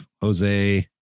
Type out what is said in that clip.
Jose